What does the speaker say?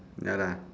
ya lah